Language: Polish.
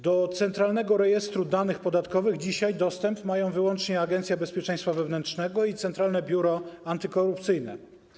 Do Centralnego Rejestru Danych Podatkowych dzisiaj dostęp mają wyłącznie Agencja Bezpieczeństwa Wewnętrznego i Centralne Biuro Antykorupcyjne.